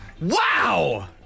Wow